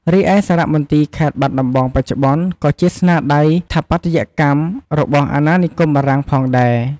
រីឯសារមន្ទីរខេត្តបាត់ដំបងបច្ចុប្បន្ន ក៏ជាស្នាដៃស្ថាបត្យកម្មរបស់អាណានិគមបារាំងផងដែរ។